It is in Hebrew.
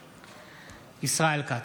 נגד ישראל כץ,